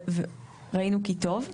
וראינו כי טוב.